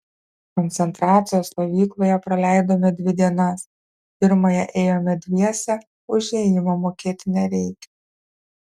koncentracijos stovykloje praleidome dvi dienas pirmąją ėjome dviese už įėjimą mokėti nereikia